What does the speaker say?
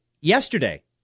yesterday